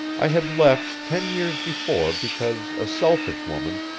i had left ten years before because a selfish woman,